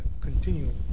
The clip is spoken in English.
continue